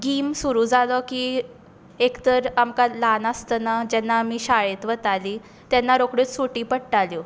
गीम सुरू जालो की एक तर आमकां ल्हान आसतना जेन्ना आमी शाळेंत वताली तेन्ना रोखड्योच सुटी पडटाल्यो